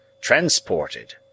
transported